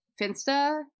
Finsta